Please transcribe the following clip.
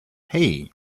hey